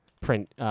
print